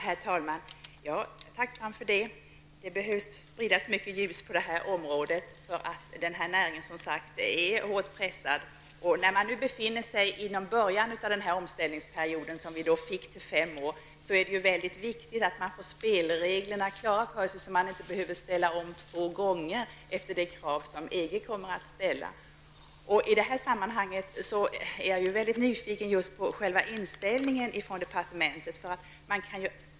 Herr talman! Jag är tacksam för detta besked. Det behövs spridas mycket ljus över detta område. Den här näringen är hårt pressad. Så här i början av denna omställningsperiod på fem år är det viktigt att man får spelreglerna klara för sig, så att man inte behöver göra två omställningar för att uppfylla EGs krav. I detta sammanhang är jag väldigt nyfiken på inställningen inom departementet.